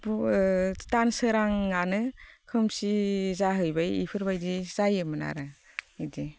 दानसोरांआनो खोमसि जाहैबाय बेफोरबायदि जायोमोन आरो बिदि